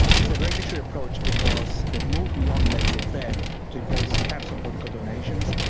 it's a regulatory approach because they have moved beyond laissez-faire to impose caps on political donations,